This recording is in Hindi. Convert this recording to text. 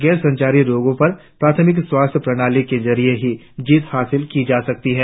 गैर संचारी रोगों पर प्राथमिक स्वास्थ्य प्रणाली के जरिए ही जीत हासिल की जा सकती है